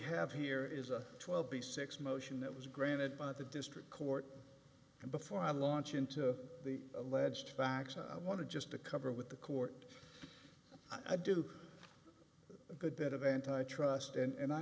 have here is a twelve b six motion that was granted by the district court and before i launch into the alleged facts i want to just to cover with the court i do a good bit of antitrust and